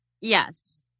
yes